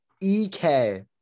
EK